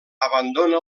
abandona